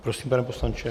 Prosím, pane poslanče.